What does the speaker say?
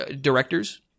directors